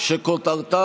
יריב, זה לא עובד.